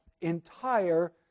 entire